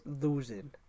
losing